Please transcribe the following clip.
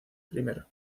primero